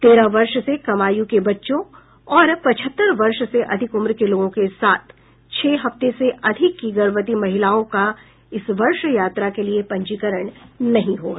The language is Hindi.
तेरह वर्ष से कम आयु के बच्चों और पचहत्तर वर्ष से अधिक उम्र के लोगों के साथ छह हफ्ते से अधिक की गर्भवती महिलाओं का इस वर्ष की यात्रा के लिए पंजीकरण नहीं होगा